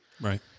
Right